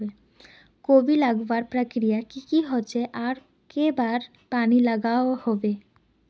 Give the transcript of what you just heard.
कोबी लगवार प्रक्रिया की की होचे आर कई बार पानी लागोहो होबे?